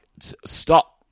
stop